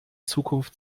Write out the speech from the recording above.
zukunft